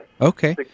Okay